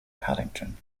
paddington